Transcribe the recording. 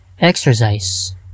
Exercise